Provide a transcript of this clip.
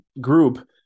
group